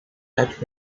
touch